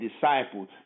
disciples